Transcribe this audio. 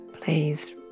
please